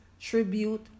tribute